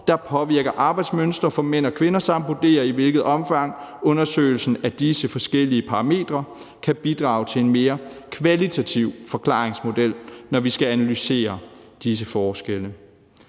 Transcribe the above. der påvirker arbejdsmønstre for mænd og kvinder, samt vurdere, i hvilket omfang undersøgelsen af disse forskellige parametre kan bidrage til en mere kvalitativ forklaringsmodel, når vi skal analysere disse forskelle.